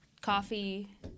coffee